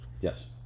yes